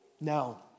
No